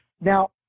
Now